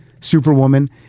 Superwoman